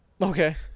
Okay